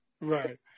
Right